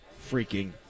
freaking